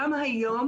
גם היום,